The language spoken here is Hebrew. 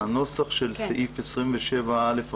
הנוסח של סעיף 27א(ב),